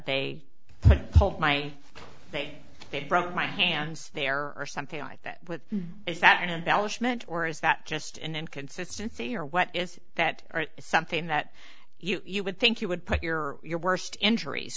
they called my they they broke my hands there or something like that with is that an embellishment or is that just an inconsistency or what is that or something that you would think you would put your your worst injuries